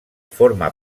forma